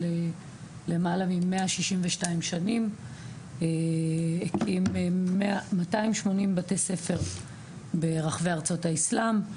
למעלה מ-162 שנים עם 280 בתי ספר ברחבי ארצות האסלם,